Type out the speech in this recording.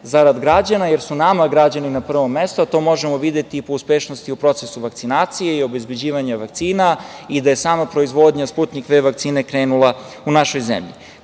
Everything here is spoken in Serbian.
zarad građana, jer su nama građani na prvom mestu, a to možemo videti po uspešnosti u procesu vakcinacije i obezbeđivanja vakcina i da je sama proizvodnja „Sputnjik V“ vakcine krenula u našoj zemlji. Kada